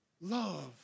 love